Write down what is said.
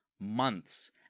months